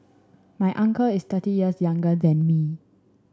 my uncle is thirty years younger than me